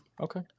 okay